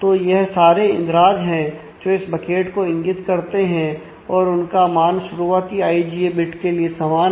तो यह सारे इंद्राज हैं जो इस बकेट को इंगित करते हैं और उनका मान शुरुआती Ij बिट के लिए समान है